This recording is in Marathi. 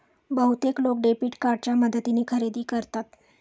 बहुतेक लोक डेबिट कार्डच्या मदतीने खरेदी करतात